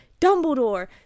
Dumbledore